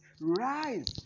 rise